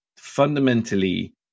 fundamentally